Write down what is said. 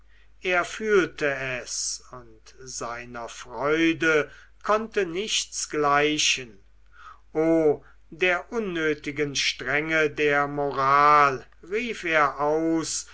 er fühlte es und seiner freude konnte nichts gleichen o der unnötigen strenge der moral rief er aus